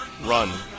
run